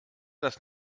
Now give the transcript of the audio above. dass